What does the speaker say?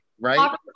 right